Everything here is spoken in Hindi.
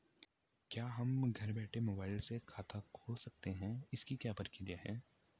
क्या हम घर बैठे मोबाइल से खाता खोल सकते हैं इसकी क्या प्रक्रिया है?